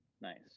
Nice